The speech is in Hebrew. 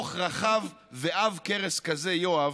ודוח רחב ועב כרס כזה, יואב,